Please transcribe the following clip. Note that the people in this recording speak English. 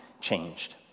changed